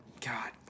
God